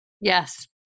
Yes